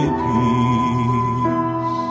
peace